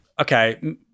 Okay